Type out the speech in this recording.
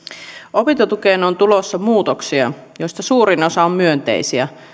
opintotukeen on tulossa muutoksia joista suurin osa on myönteisiä